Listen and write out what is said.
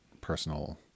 personal